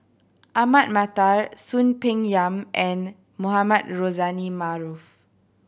Ahmad Mattar Soon Peng Yam and Mohamed Rozani Maarof